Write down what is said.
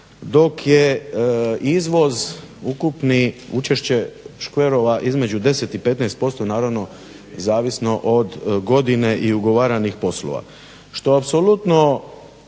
dok je izvoz ukupni učešće škverova između 10 i 15% naravno zavisno od godine i ugovaranih poslova što apsolutno